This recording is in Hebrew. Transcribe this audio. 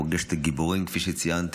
פוגש את הגיבורים כפי שציינתם,